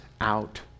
out